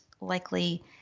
likely